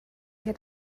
had